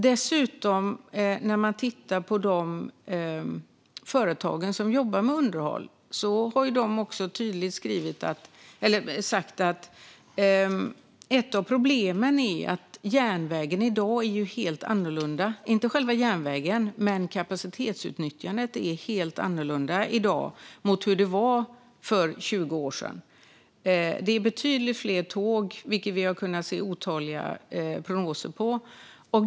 Dessutom har de företag som jobbar med underhåll tydligt sagt att ett av problemen är att kapacitetsutnyttjandet på järnvägen är helt annorlunda i dag mot hur det var för 20 år sedan. Det är betydligt fler tåg, vilket vi har kunnat se otaliga prognoser på.